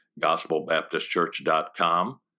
gospelbaptistchurch.com